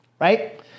right